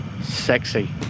Sexy